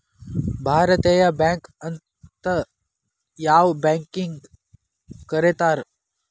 ಭಾರತೇಯ ಬ್ಯಾಂಕ್ ಅಂತ್ ಯಾವ್ ಬ್ಯಾಂಕಿಗ್ ಕರೇತಾರ್?